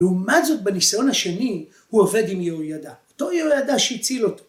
לעומת זאת בניסיון השני הוא עובד עם יהוידע, אותו יהוידע שהציל אותו.